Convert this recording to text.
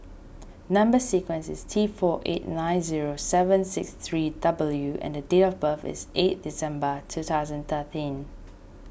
Number Sequence is T four eight nine zero seven six three W and date of birth is eight December two thousand and thirteen